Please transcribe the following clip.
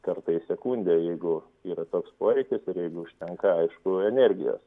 kartą į sekundę jeigu yra toks poreikis ir jeigu užtenka aišku energijos